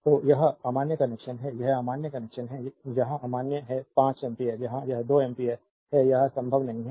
तो यह अमान्य कनेक्शन है यह अमान्य कनेक्शन है यहाँ अमान्य है 5 एम्पीयर यहाँ यह 2 एम्पीयर है यह संभव नहीं है